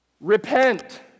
repent